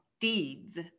deeds